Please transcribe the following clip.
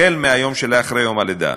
החל ביום שלאחר יום הלידה.